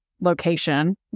location